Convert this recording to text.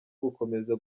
gukomeza